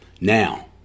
Now